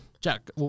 Jack